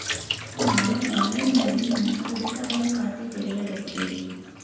ನಾನು ಆನ್ಲೈನ್ ನಲ್ಲಿ ನನ್ನ ಉಳಿತಾಯ ಖಾತೆ ತೆರೆಯಬಹುದೇ?